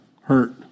hurt